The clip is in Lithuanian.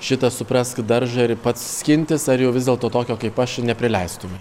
šitą supraskit daržą ir pats skintis ar jau vis dėlto tokio kaip aš ir neprileistume